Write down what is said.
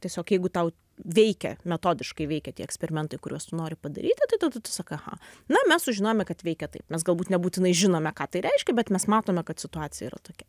tiesiog jeigu tau veikia metodiškai veikia tie eksperimentai kuriuos tu nori padaryti tai tada tu sakai aha na mes sužinojome kad veikia taip mes galbūt nebūtinai žinome ką tai reiškia bet mes matome kad situacija yra tokia